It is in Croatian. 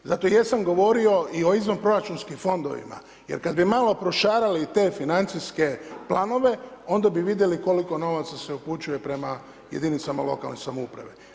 Zato jesam govorio i o izvanproračunskim fondovima, jer kada bi malo prošarali te financijske planove, onda bi vidjeli koliko novaca se upućuje prema jedinicama lokalne samouprave.